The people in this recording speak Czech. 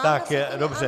Tak dobře.